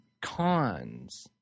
cons